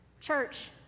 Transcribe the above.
Church